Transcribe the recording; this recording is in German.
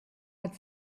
hat